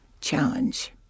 challenge